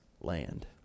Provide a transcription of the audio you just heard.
land